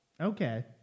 Okay